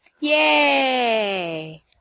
Yay